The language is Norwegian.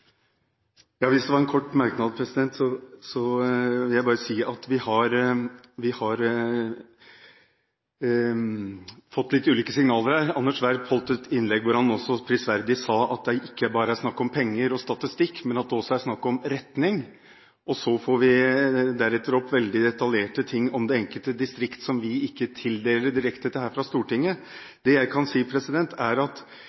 det er en kort merknad, vil jeg bare si at vi har fått litt ulike signaler her. Anders B. Werp holdt et innlegg hvor han også prisverdig sa at det ikke bare er snakk om penger og statistikk, men at det også er snakk om retning. Så får vi deretter opp veldig detaljerte ting om det enkelte distrikt som vi ikke tildeler direkte til her fra Stortinget. Det jeg kan si, er at